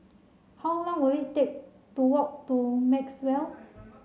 how long will it take to walk to Maxwell